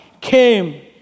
came